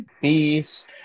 Peace